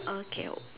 okay